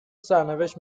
سرنوشت